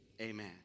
amen